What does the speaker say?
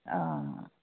অঁ